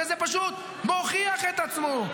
וזה פשוט מוכיח את עצמו.